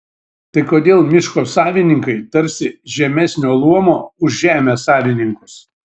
tai kodėl miško savininkai tarsi žemesnio luomo už žemės savininkus